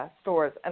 stores